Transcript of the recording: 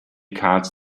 cards